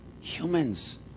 Humans